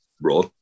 raw